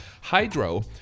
Hydro